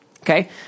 Okay